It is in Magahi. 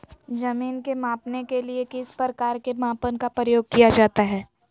जमीन के मापने के लिए किस प्रकार के मापन का प्रयोग किया जाता है?